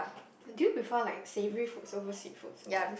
do you prefer like savoury foods over sweet foods or